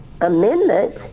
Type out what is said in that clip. amendment